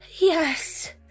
Yes